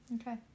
okay